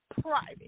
private